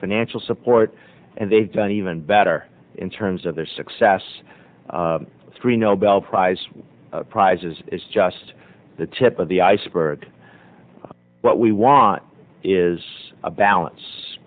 financial support and they've done even better in terms of their success three nobel prize prizes it's just the tip of the iceberg what we want is a balance